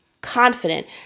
confident